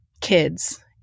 kids